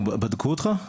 בדקו אותך?